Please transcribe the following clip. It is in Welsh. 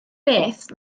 beth